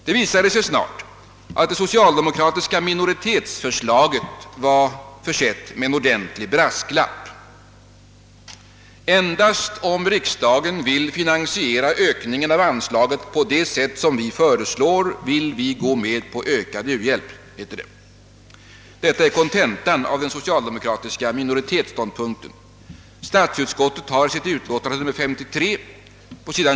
Det visade sig snart, att det socialdemokratiska minoritetsförslaget var försett med en ordentlig brasklapp: »Endast om riksdagen vill finansiera ökningen av anslaget på det sätt som vi föreslagit, vill vi gå med på en ökning av u-hjälpen.» Detta är kontentan av den socialdemokratiska minoritetsståndpunkten. Statsutskottet har i sitt utlåtande nr 53. på sid.